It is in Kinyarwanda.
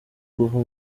kuva